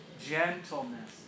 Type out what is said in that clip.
gentleness